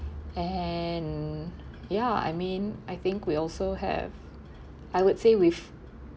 and ya I mean I think we also have I would say we've